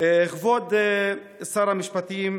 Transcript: כבוד שר המשפטים,